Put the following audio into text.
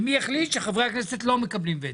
וחברי הכנסת לא מקבלים ותק?